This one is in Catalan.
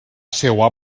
seua